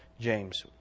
James